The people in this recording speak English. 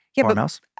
farmhouse